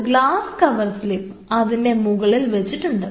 ഒരു glass cover slip അതിൻറെ മുകളിൽ വെച്ചിട്ടുണ്ട്